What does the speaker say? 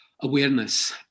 Awareness